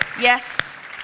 Yes